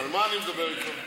על מה אני מדבר איתו?